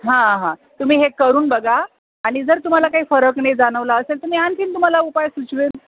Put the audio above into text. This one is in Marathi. हा हा तुम्ही हे करून बघा आणि जर तुम्हाला काही फरक नाही जाणवला असेल तुम्ही आणखीन तुम्हाला उपाय सुचवेन